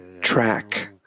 track